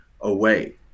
away